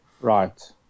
Right